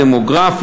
דמוגרף?